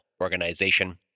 organization